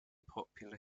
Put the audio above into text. popular